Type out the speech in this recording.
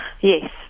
Yes